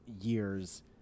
years